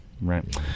right